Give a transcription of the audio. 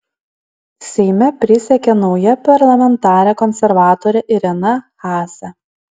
seime prisiekė nauja parlamentarė konservatorė irena haase